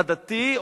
עדתי,